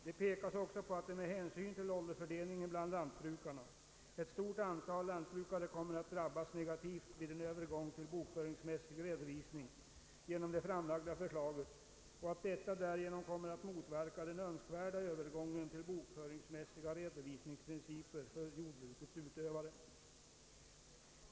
Det pekas också på att, med hänsyn till åldersfördelningen bland lantbrukarna, ett stort antal lantbrukare kommer att drabbas negativt vid en övergång till bokföringsmässig redovisning genom det framlagda förslaget och att detta därigenom kommer att motverka den önskvärda övergången till bokföringsmässiga redovisningsprinciper för jordbrukets utövare.